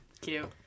Cute